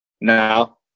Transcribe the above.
No